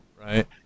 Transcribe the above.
Right